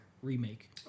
Remake